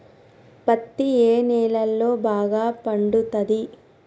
పత్తి ఏ నేలల్లో బాగా పండుతది?